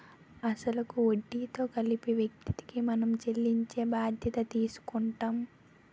అసలు కు వడ్డీతో కలిపి వ్యక్తికి మనం చెల్లించే బాధ్యత తీసుకుంటాం